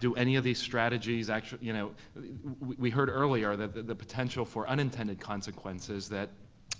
do any of these strategies, we you know we heard earlier that the potential for unintended consequences that